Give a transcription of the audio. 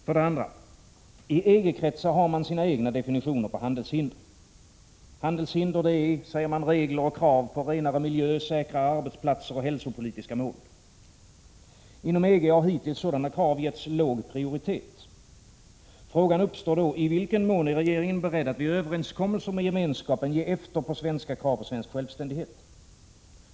För det andra: I EG-kretsar har man sina egna definitioner på handelshinder. Handelshinder är, säger man, regler och krav på renare miljö, säkrare arbetsplatser och hälsopolitiska mål. Inom EG har hittills sådana krav getts låg prioritet. Frågan uppstår då: I vilken mån är regeringen beredd att vid överenskommelser med Gemenskapen ge efter på svenska krav och svensk självständighet?